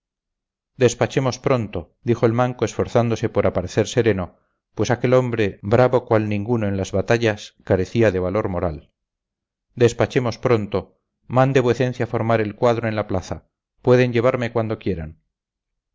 despachemos pronto dijo el manco esforzándose por aparecer sereno pues aquel hombre bravo cual ninguno en las batallas carecía de valor moral despachemos pronto mande vuecencia formar el cuadro en la plaza pueden llevarme cuando quieran